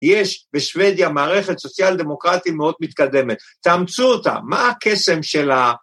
יש בשוודיה מערכת סוציאל דמוקרטית מאוד מתקדמת, תאמצו אותה, מה הקסם שלה?